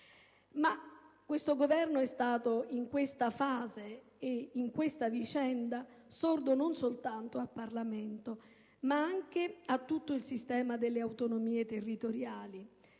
Ma questo Governo è stato, in questa fase e in questa vicenda, sordo non soltanto al Parlamento, ma anche a tutto il sistema delle autonomie territoriali.